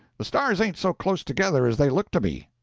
the stars ain't so close together as they look to be.